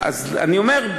אז אני אומר,